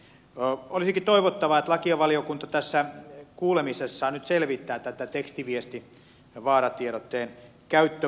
olisikin toivottavaa että lakivaliokunta tässä kuulemisessaan nyt selvittää tätä tekstiviestivaaratiedotteen käyttömahdollisuutta